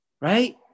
Right